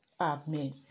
Amen